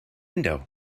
window